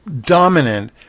dominant